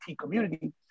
community